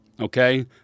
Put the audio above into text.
okay